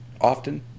Often